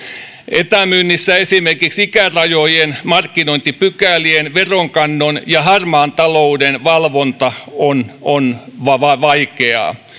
etämyynnissä esimerkiksi ikärajojen markkinointipykälien veronkannon ja harmaan talouden valvonta on on vaikeaa